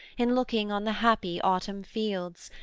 in looking on the happy autumn-fields,